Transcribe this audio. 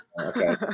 Okay